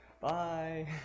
bye